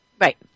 Right